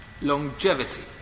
Longevity